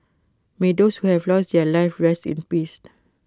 may those who have lost their lives rest in peace